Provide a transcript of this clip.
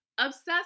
obsessed